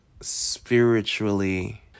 spiritually